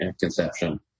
conception